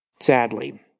Sadly